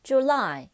July